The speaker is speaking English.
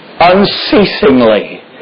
unceasingly